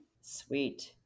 Sweet